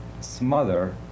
smother